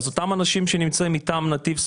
אז אותם אנשים שנמצאים מטעם נתיב,